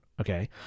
Okay